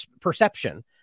perception